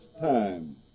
time